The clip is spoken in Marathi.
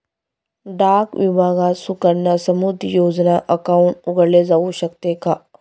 डाक विभागात सुकन्या समृद्धी योजना अकाउंट उघडले जाऊ शकते का?